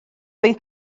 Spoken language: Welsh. oedd